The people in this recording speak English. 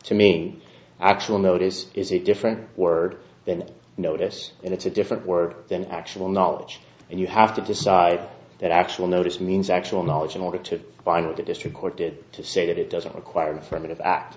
to mean actual notice is a different word than notice and it's a different word than actual knowledge and you have to decide that actual notice means actual knowledge in order to find the district court did to say that it doesn't require an affirmative act